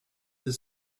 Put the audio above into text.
the